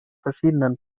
verschiedenen